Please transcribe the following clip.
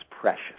precious